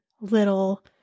little